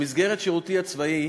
במסגרת שירותי הצבאי